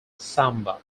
samba